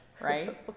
Right